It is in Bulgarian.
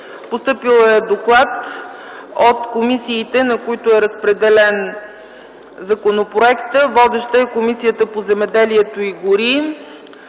Постъпили са доклади от комисиите, на които е разпределен законопроекта. Водеща е Комисията по земеделието и горите.